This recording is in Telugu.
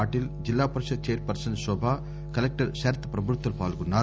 పాటిల్ జిల్లా పరిషత్ chairperson Shobha collector Sharath పభృతులు పాల్గొంటున్నారు